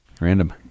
Random